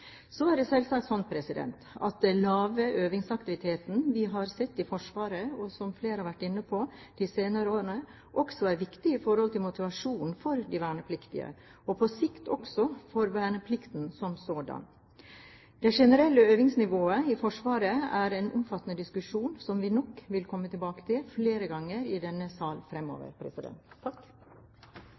Så er det selvsagt slik at den lave øvingsaktiviteten vi har sett i Forsvaret, som flere har vært inne på, de senere årene, også er viktig for motivasjonen til de vernepliktige og på sikt også for verneplikten som sådan. Det generelle øvingsnivået i Forsvaret er en omfattende diskusjon, som vi nok vil komme tilbake til flere ganger i denne sal fremover.